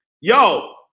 Yo